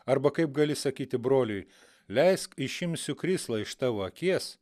arba kaip gali sakyti broliui leisk išimsiu krislą iš tavo akies